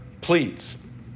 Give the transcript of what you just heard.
please